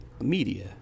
media